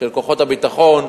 של כוחות הביטחון,